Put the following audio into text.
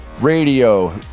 Radio